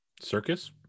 circus